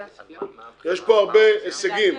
יש פה הרבה הישגים